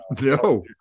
no